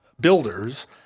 builders